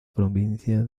provincia